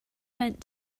went